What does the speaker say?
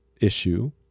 issue